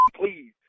please